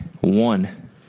One